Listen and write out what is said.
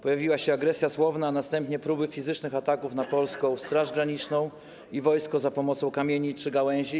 Pojawiła się agresja słowna, a następnie próby fizycznych ataków na polską Straż Graniczną i wojsko za pomocą kamieni czy gałęzi.